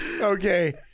Okay